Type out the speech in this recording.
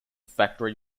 factory